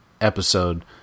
episode